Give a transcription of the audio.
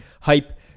hype